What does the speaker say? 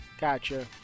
Gotcha